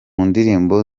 ndirimbo